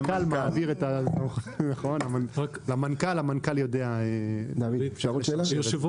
והמנכ"ל יודע למי להעביר.